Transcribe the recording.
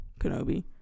kenobi